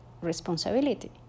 responsibility